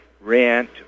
rent